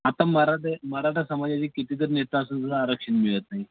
आता मराठे मराठा समाजाची कितीतरी नेता असून सुद्धा आरक्षण मिळत नाही